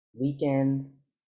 weekends